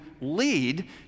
lead